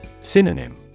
Synonym